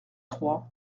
trois